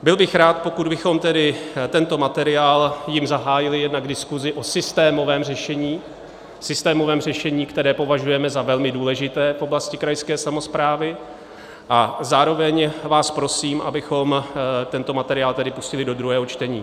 Byl bych rád, pokud bychom tedy tímto materiálem zahájili jednak diskusi o systémovém řešení, o systémovém řešení, které považujeme za velmi důležité v oblasti krajské samosprávy, a zároveň vás prosím, abychom tento materiál pustili do druhého čtení.